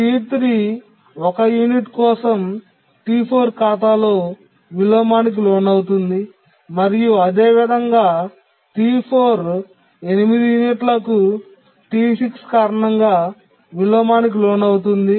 T3 1 unit కోసం T4 ఖాతాలో విలోమానికి లోనవుతుంది మరియు అదేవిధంగా T4 8 యూనిట్లకు T6 కారణంగా విలోమానికి లోనవుతుంది